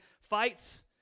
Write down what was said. fights